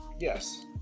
Yes